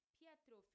Pietro